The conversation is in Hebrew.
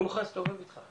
אני מוכן להסתובב איתך,